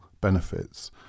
benefits